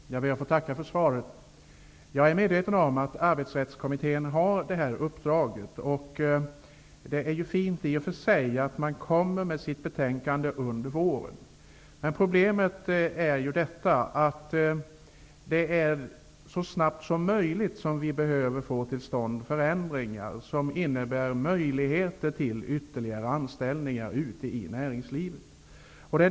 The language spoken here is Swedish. Herr talman! Jag ber att få tacka för svaret. Jag är medveten om att Arbetsrättskommittén har ett uppdrag. Det är i och för sig fint att det kommer ett betänkande under våren. Problemet är emellertid att vi så snabbt som möjligt behöver få till stånd förändringar som innebär möjligheter till ytterligare anställningar ute i näringslivet.